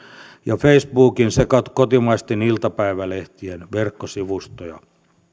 ja facebookin sekä kotimaisten iltapäivälehtien verkkosivustoja